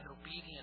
obedient